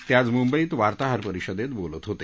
ते आज मुंबईत वार्ताहर परिषदेत बोलत होते